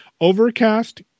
Overcast